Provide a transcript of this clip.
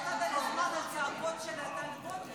לא נתת לי זמן על הצעקות של טלי גוטליב.